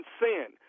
sin